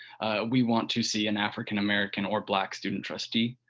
we want to see an african-american or black student trustee